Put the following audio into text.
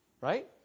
right